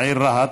העיר רהט,